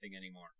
anymore